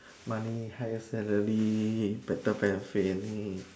money higher salary better benefit